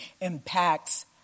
impacts